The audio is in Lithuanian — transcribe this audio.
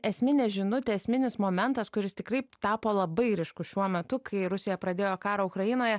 esminė žinutė esminis momentas kuris tikrai tapo labai ryškus šiuo metu kai rusija pradėjo karą ukrainoje